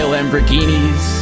Lamborghinis